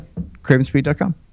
CravenSpeed.com